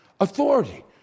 authority